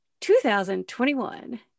2021